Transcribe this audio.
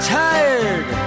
tired